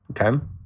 Okay